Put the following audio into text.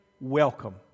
Welcome